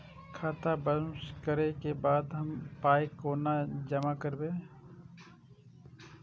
खाता बाउंस करै के बाद हम पाय कोना जमा करबै?